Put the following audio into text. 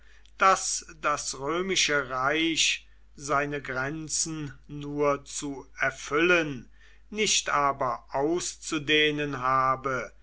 daß das römische reich seine grenzen nur zu erfüllen nicht aber auszudehnen habe